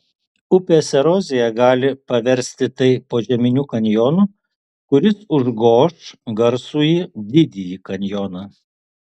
upės erozija gali paversti tai požeminiu kanjonu kuris užgoš garsųjį didįjį kanjoną